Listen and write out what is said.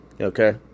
okay